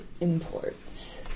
Imports